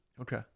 okay